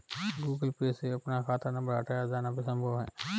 Google Pay से अपना खाता नंबर हटाया जाना भी संभव है